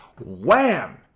wham